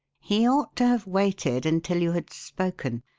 he ought to have waited until you had spoken,